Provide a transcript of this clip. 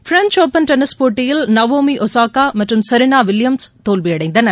French open tennis போட்டியில் Naomi Osaka மற்றும் Serena Williams தோல்வியடைந்தனர்